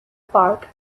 park